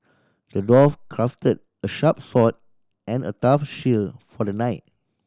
the dwarf crafted a sharp sword and a tough shield for the knight